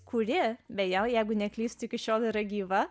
kurie beje jeigu neklystu iki šiol yra gyva